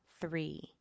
three